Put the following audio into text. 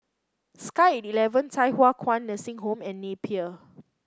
sky eleven Thye Hua Kwan Nursing Home and Napier